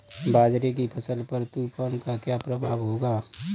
बाजरे की फसल पर तूफान का क्या प्रभाव होगा?